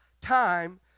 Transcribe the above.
time